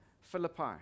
Philippi